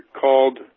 called